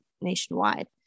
nationwide